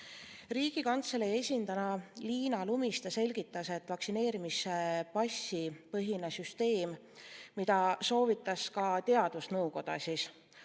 Riigikantselei esindaja Liina Lumiste selgitas, et vaktsineerimispassipõhine süsteem, mida soovitas ka teadusnõukoda,